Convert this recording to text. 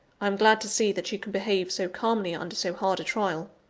i am glad to see that you can behave so calmly under so hard a trial.